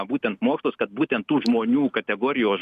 būtent mokslus kad būtent tų žmonių kategorijos